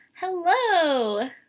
Hello